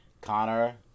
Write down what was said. Connor